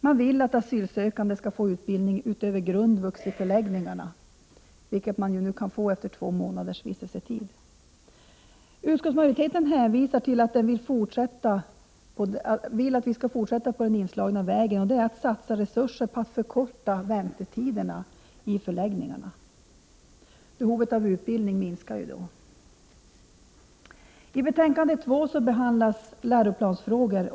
Man vill att asylsökande i förläggningarna skall få utbildning utöver grundvux, vilket man kan få efter två månaders vistelsetid. Utskottsmajoriteten hänvisar till att man vill fortsätta på den inslagna vägen, dvs. att satsa resurser på att förkorta väntetiderna i förläggningarna. Behovet av utbildning minskar ju då. I betänkande 2 behandlas läroplansfrågor.